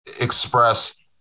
express